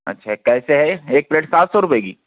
اچھا کیسے ہے یہ ایک پلیٹ سات سو روپے کی